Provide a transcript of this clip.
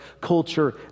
culture